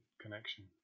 connection